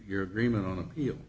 your agreement on appeal